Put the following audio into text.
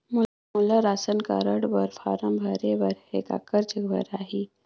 मोला ration card बर form भरे बर हे काकर जग भराही?